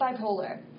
bipolar